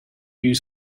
you